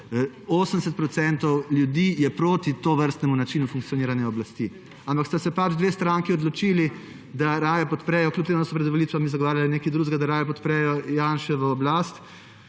80 % ljudi je proti tovrstnemu načinu funkcioniranja oblasti. Ampak sta se pač dve stranki odločili, čeprav sta pred volitvami zagovarjali nekaj drugega, da raje podpreta Janševo oblast,